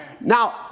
Now